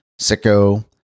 Sicko